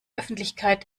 öffentlichkeit